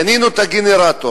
קנינו את הגנרטור,